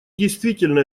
действительно